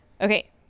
Okay